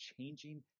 changing